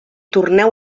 torneu